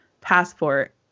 passport